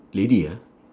lady ah